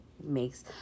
makes